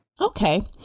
Okay